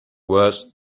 worse